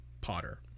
Potter